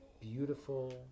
beautiful